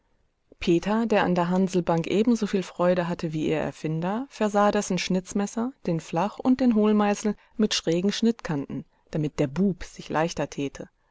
peter der an der hanslbank ebensoviel freude hatte wie ihr erfinder versah dessen schnitzmesser den flach und den hohlmeißel mit schrägen schnittkanten damit der bub sich leichter täte